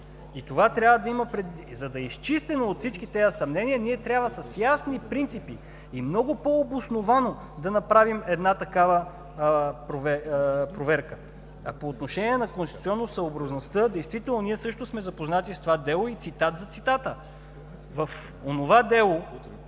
е по-добре за нас. За да е изчистено от всички тези съмнения, ние трябва с ясни принципи и много по-обосновано да направим една такава проверка. По отношение на конституционосъобразността, действително ние също сме запознати с това дело и цитат за цитата: в онова дело,